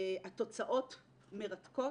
התוצאות מרתקות,